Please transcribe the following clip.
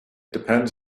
depends